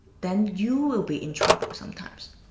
then you will be in trouble sometimes.